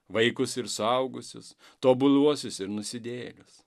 vaikus ir suaugusius tobuluosius ir nusidėjėlius